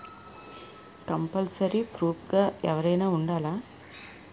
Compulsory proof గా ఎవరైనా ఉండాలా?